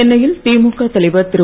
சென்னையில் திமுக தலைவர்திரு